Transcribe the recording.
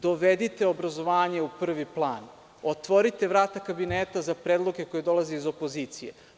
Dovedite obrazovanje u prvi plan, otvorite vrata kabineta za predloge koji dolaze iz opozicije.